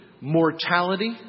mortality